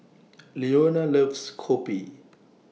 Leona loves Kopi